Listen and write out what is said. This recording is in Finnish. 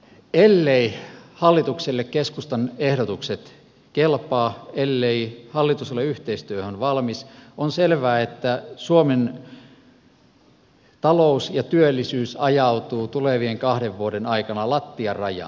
elleivät hallitukselle keskustan ehdotukset kelpaa ellei hallitus ole yhteistyöhön valmis on selvää että suomen talous ja työllisyys ajautuvat tulevien kahden vuoden aikana lattianrajaan